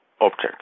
object